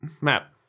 map